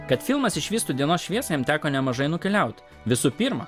kad filmas išvystų dienos šviesą jam teko nemažai nukeliauti visų pirma